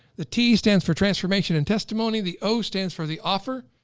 the t, stands for transformation and testimony. the o, stands for the offer.